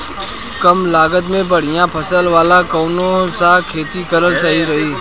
कमलागत मे बढ़िया फसल वाला कौन सा खेती करल सही रही?